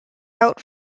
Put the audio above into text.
out